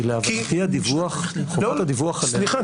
כי להבנתי חובת הדיווח עלינו --- סליחה,